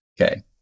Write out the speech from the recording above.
Okay